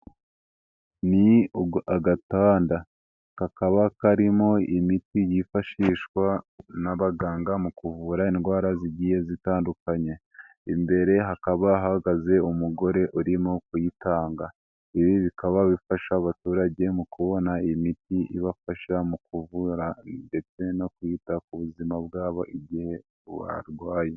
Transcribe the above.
Ni agatanda, kakaba karimo imiti yifashishwa n'abaganga mu kuvura indwara zigiye zitandukanye, imbere hakaba hahagaze umugore urimo kuyitanga, ibi bikaba bifasha abaturage mu kubona miti ibafasha mu kuvura ndetse no kwita ku buzima bwabo igihe barwaye.